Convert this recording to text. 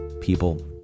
People